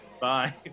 bye